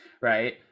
right